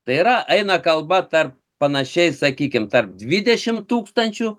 tai yra eina kalba tarp panašiai sakykim tarp dvidešimt tūkstančių